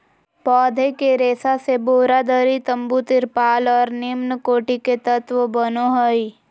पौधे के रेशा से बोरा, दरी, तम्बू, तिरपाल और निम्नकोटि के तत्व बनो हइ